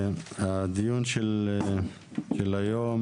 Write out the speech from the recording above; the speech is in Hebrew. הדיון של היום